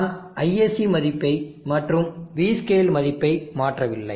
நான் ISC மதிப்பை மற்றும் Vscale மதிப்பை மாற்றவில்லை